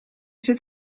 zit